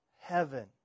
heaven